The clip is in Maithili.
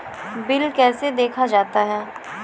बिल कैसे देखा जाता हैं?